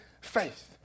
faith